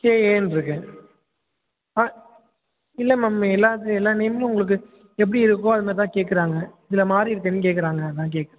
கேஏன்னு இருக்கு ஆ இல்லை மேம் எல்லாத்துலையும் எல்லா நேமும் உங்களுக்கு எப்படி இருக்கோ அதமாதிரி தான் கேட்குறாங்க இதில் மாதிரி இருக்குன்னு கேட்கறாங்க அதான் கேட்